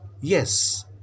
Yes